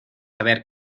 haber